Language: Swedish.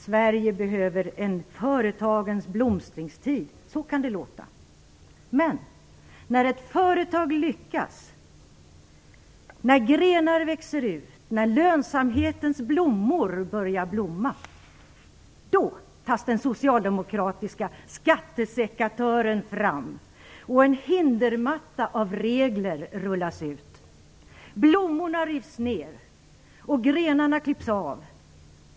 "Sverige behöver en småföretagens blomstringstid", kan det låta. Men när ett företag lyckas, när grenar växer ut och när lönsamhetens blommor börjar blomma, då tas den socialdemokratiska skattesekatören fram och en hindermatta av regler rullas ut. Blommorna rivs ner, och grenarna klipps av.